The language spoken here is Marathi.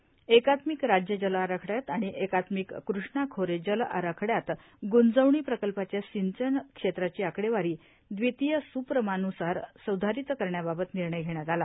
यावेळी एकात्मिक राज्य जल आराखड्यात आणि एकात्मिक कृष्णा खोरे जल आराखड्यात ग्जवणी प्रकल्पाच्या सिंचन क्षेत्राची आकडेवारी द्वितीय सुप्रमानुसार स्धारित करण्याबाबत निर्णय घेण्यात आला